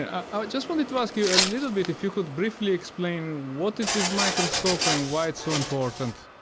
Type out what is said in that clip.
ah ah just wanted to ask you a little bit if you could briefly explain what is this microscope ah and why it's so important.